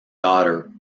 daughter